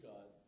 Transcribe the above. God